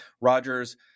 Rodgers